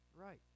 right